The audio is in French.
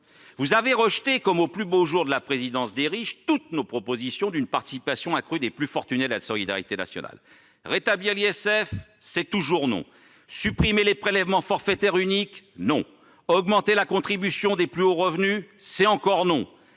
Vous avez rejeté, comme aux plus beaux jours de la présidence des riches, toutes nos propositions d'une participation accrue des plus fortunés de la solidarité nationale. Rétablir l'ISF ? C'est toujours non ! Supprimer le prélèvement forfaitaire unique ? Non ! Augmenter la contribution des plus hauts revenus ? C'est encore non